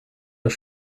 das